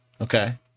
okay